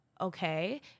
okay